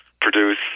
produce